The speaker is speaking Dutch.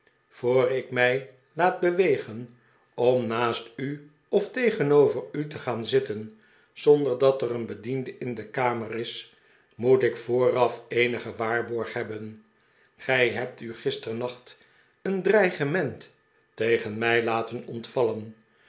voor ik mij laat bewegen om naast u of tegenover u te gaan zitten zonder dat er een bediende in de kamer is moet ik vooraf eenigen waarborg hebben gij hebt u gisternacht een dreigement tegen mij laten ontvallen